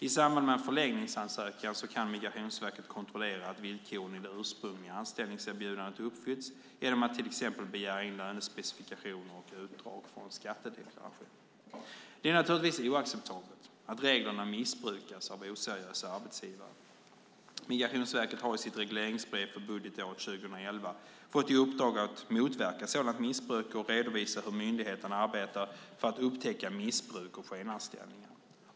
I samband med en förlängningsansökan kan Migrationsverket kontrollera att villkoren i det ursprungliga anställningserbjudandet uppfyllts genom att till exempel begära in lönespecifikationer och utdrag från skattedeklaration. Det är naturligtvis oacceptabelt att reglerna missbrukas av oseriösa arbetsgivare. Migrationsverket har i sitt regleringsbrev för budgetåret 2011 fått i uppdrag att motverka sådant missbruk och redovisa hur myndigheten arbetar för att upptäcka missbruk och skenanställningar.